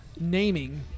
naming